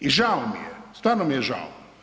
I žao mi je, stvarno mi je žao.